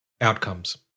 outcomes